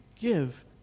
give